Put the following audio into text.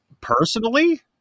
Personally